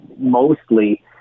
mostly